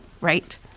right